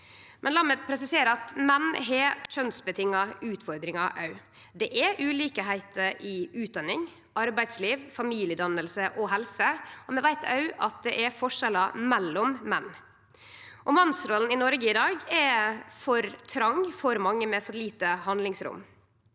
La meg presisere at menn òg har kjønnsbundne utfordringar. Det er ulikskapar i utdanning, arbeidsliv, familiedanning og helse, og vi veit òg at det er forskjellar mellom menn. Mannsrolla i Noreg i dag er for trong for mange, med for lite handlingsrom,